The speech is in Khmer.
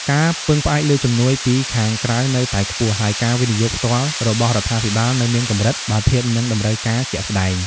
ការពឹងផ្អែកលើជំនួយពីខាងក្រៅនៅតែខ្ពស់ ហើយការវិនិយោគផ្ទាល់របស់រដ្ឋាភិបាលនៅមានកម្រិតបើធៀបនឹងតម្រូវការជាក់ស្តែង។